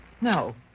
No